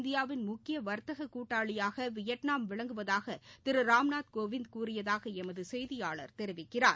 இந்தியாவின் முக்கியவர்த்தககூட்டாளியாகவியட்நாம் ஆசியான் நாடுகளில் விளங்குவதாகதிருராம்நாத் கோவிந்த் கூறியதாகஎமதுசெய்தியாளர் தெரிவிக்கிறார்